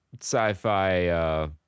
sci-fi